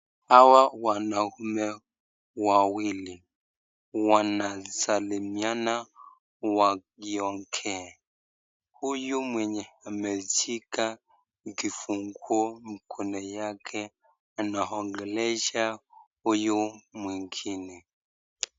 Hawa wanaume wawili wana salimiana wakiongea , huyu mwenye ameshika kifunguo mkono yake anaongelesha huyu mwingine.